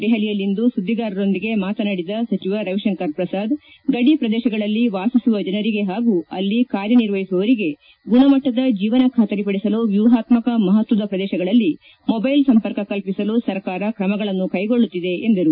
ದೆಹಲಿಯಲ್ಲಿಂದು ಸುದ್ದಿಗಾರರೊಂದಿಗೆ ಮಾತನಾಡಿದ ಸಚಿವ ರವಿಶಂಕರ್ ಪ್ರಸಾದ್ ಗಡಿ ಪ್ರದೇಶಗಳಲ್ಲಿ ವಾಸಿಸುವ ಜನರಿಗೆ ಹಾಗೂ ಅಲ್ಲಿ ಕಾರ್ಯನಿರ್ವಹಿಸುವವರಿಗೆ ಗುಣಮಟ್ಟದ ಜೀವನ ಖಾತರಿ ಪಡಿಸಲು ವ್ಯೂಹಾತ್ಮಕ ಮಹತ್ವದ ಪ್ರದೇಶಗಳಲ್ಲಿ ಮೊಬೈಲ್ ಸಂಪರ್ಕ ಕಲ್ಪಿಸಲು ಸರ್ಕಾರ ಕ್ರಮಗಳನ್ನು ಕೈಗೊಳ್ಳುತ್ತಿದೆ ಎಂದರು